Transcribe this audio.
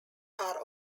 are